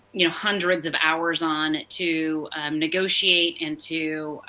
you know, hundreds of hours on to negotiate and to,